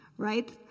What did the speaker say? Right